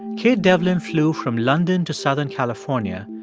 kate devlin flew from london to southern california,